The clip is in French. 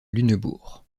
lunebourg